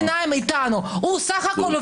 אל תאשים פה פקיד.